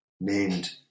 named